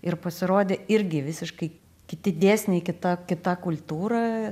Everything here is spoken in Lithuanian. ir pasirodė irgi visiškai kiti dėsniai kita kita kultūra